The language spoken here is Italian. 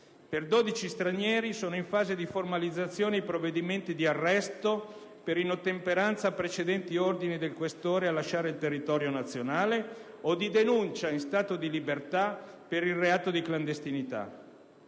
Per 12 stranieri sono in fase di formalizzazione i provvedimenti di arresto per inottemperanza a precedenti ordini del questore a lasciare il territorio nazionale o di denuncia in stato di libertà per il reato di clandestinità.